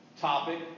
topic